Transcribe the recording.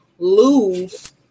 lose